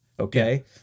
Okay